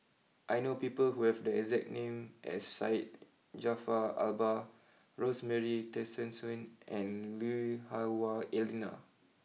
I know people who have the exact name as Syed Jaafar Albar Rosemary Tessensohn and Lui Hah Wah Elena